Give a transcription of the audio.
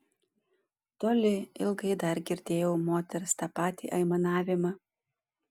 toli ilgai dar girdėjau moters tą patį aimanavimą